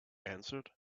answered